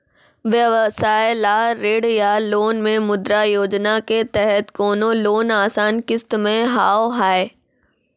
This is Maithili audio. व्यवसाय ला ऋण या लोन मे मुद्रा योजना के तहत कोनो लोन आसान किस्त मे हाव हाय?